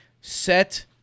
set –